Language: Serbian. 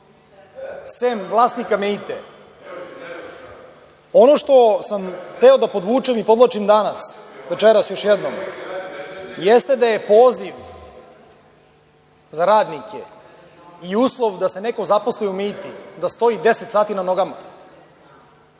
sem vlasnika „Meite“.Ono što sam hteo da podvučem i podvlačim danas, tj. večeras još jednom, jeste da je poziv za radnike i uslov da se neko zaposli u „Meiti“ da stoji 10 sati na nogama.